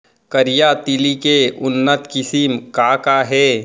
करिया तिलि के उन्नत किसिम का का हे?